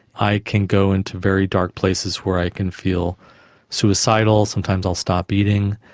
i can go into very dark places where i can feel suicidal. sometimes i'll stop eating.